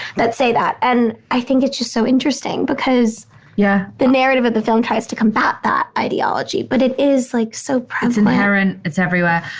that say that. and i think it's just so interesting because yeah the narrative of the film tries to combat that ideology. but it is like so prevalent it's inherent, it's everywhere.